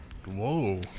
Whoa